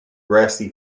grassy